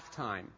Halftime